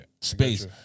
space